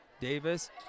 Davis